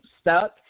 stuck